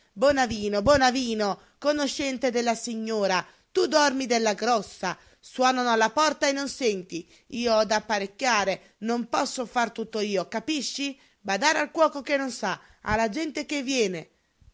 dita bonavino bonavino conoscente della signora tu dormi della grossa suonano alla porta e non senti io ho da apparecchiare non posso far tutto io capisci badare al cuoco che non sa alla gente che viene